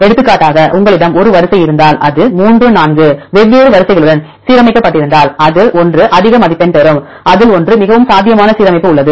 எடுத்துக்காட்டாக உங்களிடம் ஒரு வரிசை இருந்தால் அது 3 4 வெவ்வேறு காட்சிகளுடன் சீரமைக்கப்பட்டிருந்தால் அதில் ஒன்று அதிக மதிப்பெண் பெறும் அதில் ஒன்று மிகவும் சாத்தியமான சீரமைப்பு உள்ளது